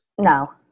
No